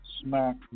Smack